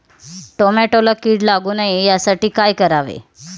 टोमॅटोला कीड लागू नये यासाठी काय करावे?